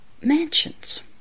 mansions